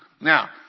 Now